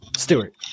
Stewart